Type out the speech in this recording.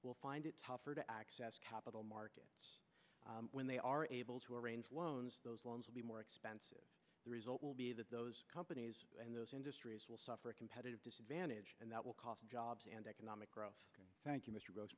will find it tougher to access capital markets when they are able to arrange loans those loans will be more expensive the result will be that those companies and those industries will suffer a competitive disadvantage and that will cost jobs and economic growth thank you m